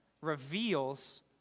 reveals